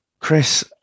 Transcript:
Chris